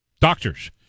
doctors